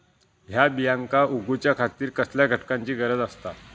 हया बियांक उगौच्या खातिर कसल्या घटकांची गरज आसता?